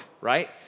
right